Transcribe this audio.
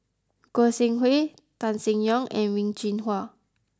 Goi Seng Hui Tan Seng Yong and Wen Jinhua